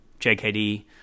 JKD